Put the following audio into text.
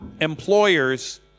employers